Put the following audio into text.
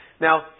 Now